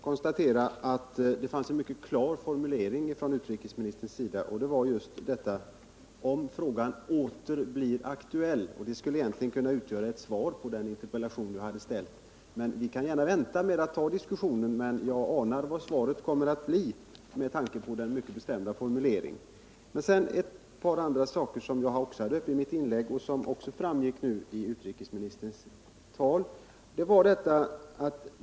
Herr talman! Jag vill också konstatera att det fanns en mycket klar formulering från utrikesministern, och det var: om frågan åter blir aktuell... Det skulle egentligen kunna utgöra ett svar på den interpellation jag ställt, men vi kan gärna vänta med att ta upp den diskussionen. Jag anar vad svaret kommer att bli med tanke på denna mycket bestämda formulering. Jag vill också beröra ett par andra saker som jag tog upp I mitt inlägg och som även frarngick av utrikesministerns anförande.